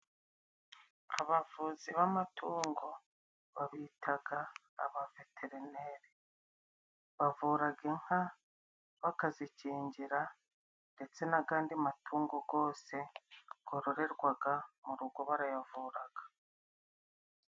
Abavuzi b'amatungo babitaga abaveterineri bavuraga inka bakazikingira ndetse n'agandi matungo gose gororerwaga mu rugo barayavuraga.